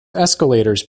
escalators